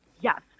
Yes